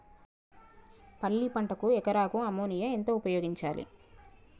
పల్లి పంటకు ఎకరాకు అమోనియా ఎంత ఉపయోగించాలి?